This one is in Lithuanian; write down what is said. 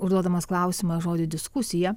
užduodamas klausimą žodį diskusija